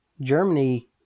Germany